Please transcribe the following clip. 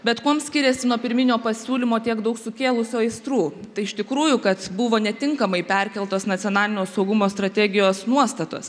bet kuom skiriasi nuo pirminio pasiūlymo tiek daug sukėlusio aistrų tai iš tikrųjų kad buvo netinkamai perkeltos nacionalinio saugumo strategijos nuostatos